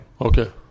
Okay